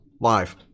live